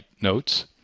notes